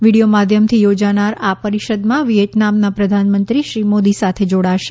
video માધ્યમથી યોજનાર આ પરિષદમાં વિયેતનામના પ્રધાનમંત્રી શ્રી મોદી સાથે જોડાશે